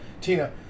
Tina